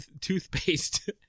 toothpaste